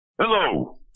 Hello